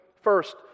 First